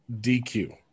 DQ